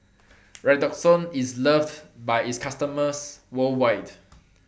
Redoxon IS loved By its customers worldwide